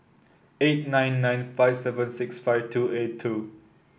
eight nine nine five seven six five two eight two